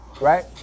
Right